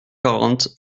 quarante